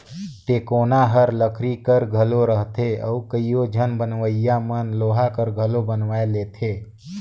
टेकोना हर लकरी कर घलो रहथे अउ कइयो झन बनवइया मन लोहा कर घलो बनवाए लेथे